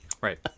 Right